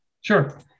Sure